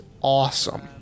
awesome